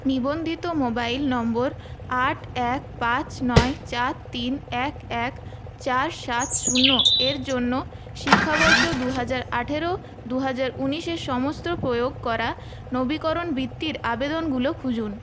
নিবন্ধিত মোবাইল নম্বর আট এক পাঁচ নয় চার তিন এক এক চার সাত শূন্য এর জন্য শিক্ষাবর্ষ দু হাজার আঠেরো দু হাজার ঊনিশে সমস্ত প্রয়োগ করা নবীকরণ বৃত্তির আবেদনগুলো খুঁজুন